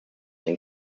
and